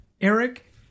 Eric